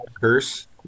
curse